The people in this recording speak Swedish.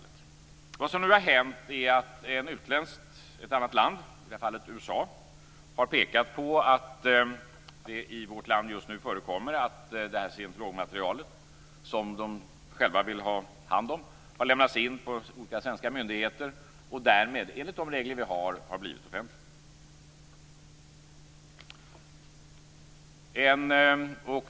Ett annat land - USA - har pekat på att det i vårt land just nu förekommer att scientologmaterialet, som de själva vill ha hand om, har lämnats in på svenska myndigheter och därmed, i enlighet med våra regler, har blivit offentligt.